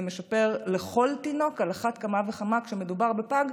זה משפר לכל תינוק, על אחת כמה וכמה כשמדובר בפג.